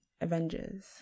avengers